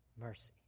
mercy